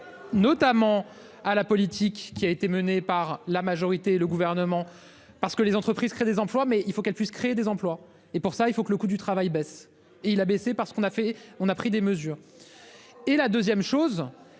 Notamment à la politique qui a été menée par la majorité et le gouvernement parce que les entreprises créent des emplois, mais il faut qu'elle puisse créer des emplois et pour ça il faut que le coût du travail baisse et il a baissé parce qu'on a fait on a pris des mesures. Et la 2ème chose